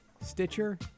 Stitcher